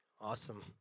Awesome